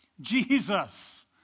Jesus